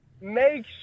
make